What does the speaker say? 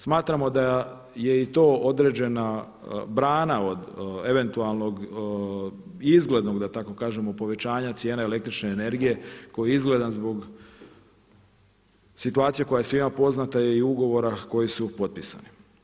Smatramo da je i to određena brana od eventualnog i izglednog da tako kažem povećanja cijena električne energije koji je izgledan zbog situacije koja je svima poznati i ugovora koji su potpisani.